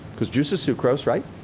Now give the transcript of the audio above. cause juice is sucrose, right?